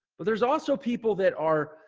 but there's also people that are,